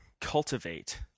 cultivate